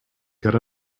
get